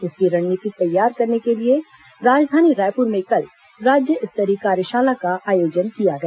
इसकी रणनीति तैयार करने के लिए राजधानी रायपुर में कल राज्य स्तरीय कार्यशाला का आयोजन किया गया